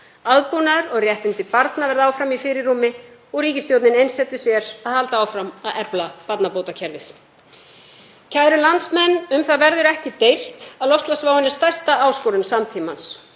Aðbúnaður og réttindi barna verði áfram í fyrirrúmi og ríkisstjórnin einsetji sér að halda áfram að efla barnabótakerfið. Kæru landsmenn. Um það verður ekki deilt að loftslagsváin er stærsta áskorun samtímans